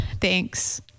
Thanks